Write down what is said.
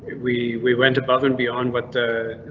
we we went above and beyond what the.